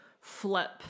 flip